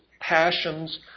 passions